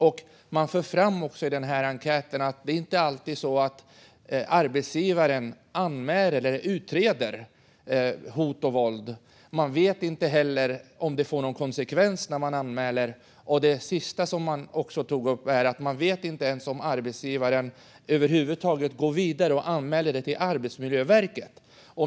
I enkäten fördes också fram att arbetsgivaren inte alltid anmäler eller utreder hot och våld. Man vet inte heller om det leder till någon konsekvens när man anmäler. Det sista som togs upp var att man inte ens vet om arbetsgivaren över huvud taget går vidare och anmäler det till Arbetsmiljöverket.